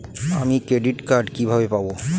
আমি credit card কিভাবে পাবো?